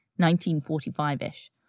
1945-ish